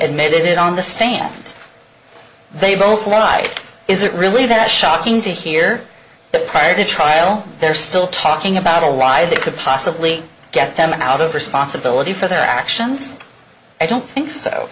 admitted it on the stand they both lied is it really that shocking to hear that prior to trial they're still talking about a lie that could possibly get them out of responsibility for their actions i don't think so